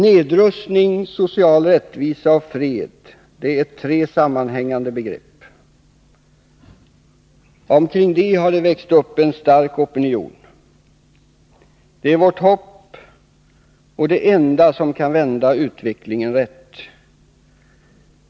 Nedrustning, social rättvisa och fred är tre sammanhängande begrepp. Det har växt upp en stark opinion omkring detta. Det är vårt hopp, och det är det enda som kan vända utvecklingen rätt.